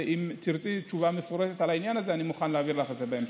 ואם תרצי תשובה מפורטת על העניין הזה אני מוכן להעביר לך את זה בהמשך.